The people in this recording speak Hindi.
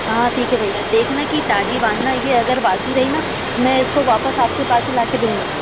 हाँ हाँ ठीक है भैया देखना की ताज़ाी बाँधना यह अगर बसी रही न मैं इसको वापस आपके पास ही लाकर दूँगी